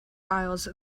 isles